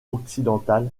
occidental